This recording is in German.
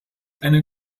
eine